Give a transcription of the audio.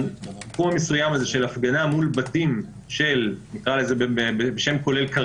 האירוע המסוים הזה מול בתים של "אישי ציבור" נקרא לזה כרגע בשם כולל,